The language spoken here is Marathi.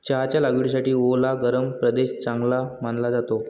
चहाच्या लागवडीसाठी ओला गरम प्रदेश चांगला मानला जातो